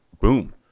boom